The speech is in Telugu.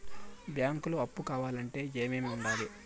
బ్యాంకులో అప్పు కావాలంటే ఏమేమి ఉండాలి?